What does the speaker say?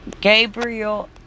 Gabriel